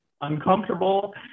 uncomfortable